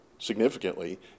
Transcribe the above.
Significantly